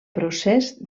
procés